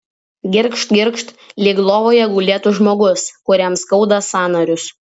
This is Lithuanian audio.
girgžt girgžt lyg lovoje gulėtų žmogus kuriam skauda sąnarius